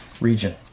region